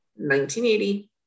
1980